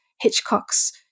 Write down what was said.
Hitchcock's